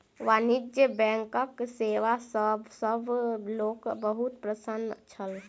वाणिज्य बैंकक सेवा सॅ सभ लोक बहुत प्रसन्न छल